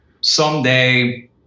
someday